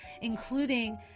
including